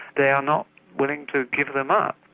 they are not willing to give them up.